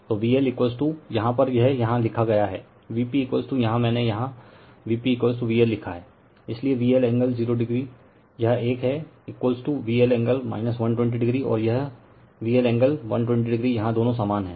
तो VL यहां पर यह यहाँ लिखा गया है Vp यहां मैंने यहां Vp VL लिखा है इसलिए VLएंगल0o यह एक हैं VLएंगल 0o और यह VLएंगल 0o यहाँ दोनों समान हैं